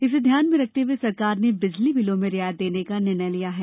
इसे ध्यान में रखते हुए सरकार ने बिजली बिलों में रियायत देने का निर्णय लिया है